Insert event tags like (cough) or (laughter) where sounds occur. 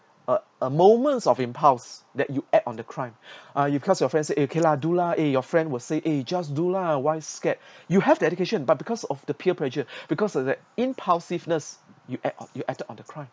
a a moment of impulse that you act on the crime (breath) uh because your friends say okay lah do lah eh your friend will say eh just do lah why scared you have that education but because of the peer pressure because of that impulsiveness you act or you acted on the crime